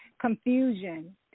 confusion